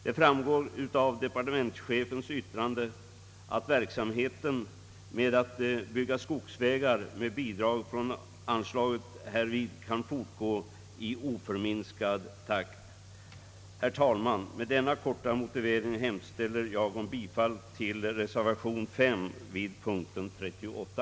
Det framgår av departementschefens yttrande att verksamheten med att bygga skogsvägar med bidrag från anslaget härvid kan fortgå i oförminskad takt. Herr talman! Med denna korta motivering hemställer jag om bifall till reservationen vid punkten 38.